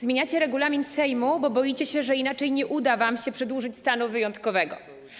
Zmieniacie regulamin Sejmu, bo boicie się, że inaczej nie uda wam się przedłużyć stanu wyjątkowego.